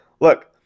Look